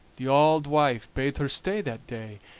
the auld wife bade her stay that day,